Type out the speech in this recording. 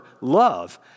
love